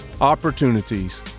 opportunities